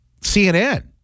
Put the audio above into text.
CNN